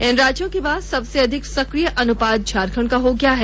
इन राज्यों के बाद सबसे अधिक सक्रिय अनुपात झारखंड का हो गया है